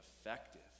effective